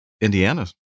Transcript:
Indiana